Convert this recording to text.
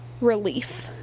relief